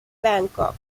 bangkok